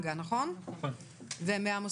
אז אני קודם כל שמח באמת לעדכן שהממשלה